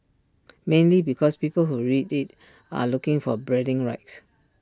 mainly because people who read IT are looking for bragging rights